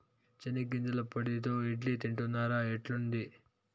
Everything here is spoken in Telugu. చెనిగ్గింజల పొడితో ఇడ్లీ తింటున్నారా, ఎట్లుంది